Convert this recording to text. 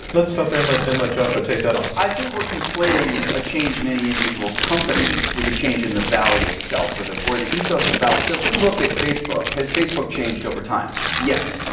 let's stop there and let and let joshua take that on. i think we're conflating a change in any individual company with a change in the valley itself, or the or the ethos of the valley. so if we look at facebook, has facebook changed over time? yes.